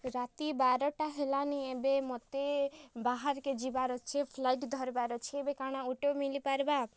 ରାତି ବାରଟା ହେଲାନି ଏବେ ମୋତେ ବାହାରକେ ଯିବାର୍ ଅଛେ ଫ୍ଲାଇଟ୍ ଧରବାର୍ ଅଛେ ଏବେ କାଣା ଅଟୋ ମିଲି ପାରବା